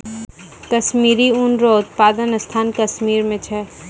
कश्मीरी ऊन रो उप्तादन स्थान कश्मीर मे छै